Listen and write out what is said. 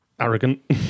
arrogant